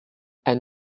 and